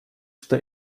что